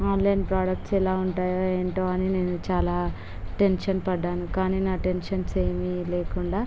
online products ఎలా ఉంటాయో ఏంటో అని నేను చాలా టెన్షన్ పడ్డాను కానీ నా టెన్షన్స్ ఏమి లేకుండా